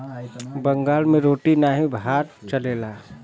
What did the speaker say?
बंगाल मे रोटी नाही भात चलेला